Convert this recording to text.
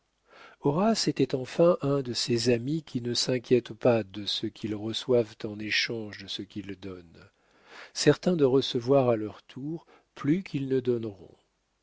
horace était enfin un de ces amis qui ne s'inquiètent pas de ce qu'ils reçoivent en échange de ce qu'ils donnent certains de recevoir à leur tour plus qu'ils ne donneront